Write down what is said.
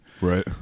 right